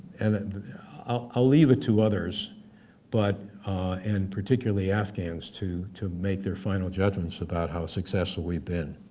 and i'll leave it to others but and particularly afghans to to make their final judgements about how successful we've been,